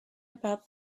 about